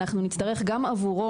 אנחנו נצטרך גם עבורו,